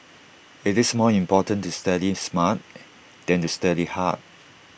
IT is more important to study smart than to study hard